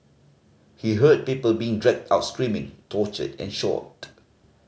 he heard people being dragged out screaming tortured and shot